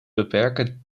beperken